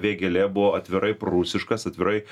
vėgėlė buvo atvirai prūsiškas atvirai